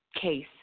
Case